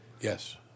Yes